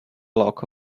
block